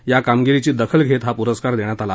या कामगिरीची दखल घेत हा पुरस्कार देण्यात आला